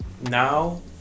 Now